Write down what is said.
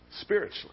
spiritually